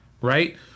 right